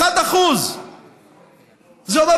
1%. זה אומר,